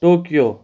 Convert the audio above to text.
Tokyo